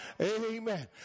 Amen